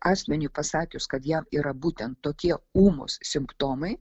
asmeniui pasakius kad jam yra būtent tokie ūmūs simptomai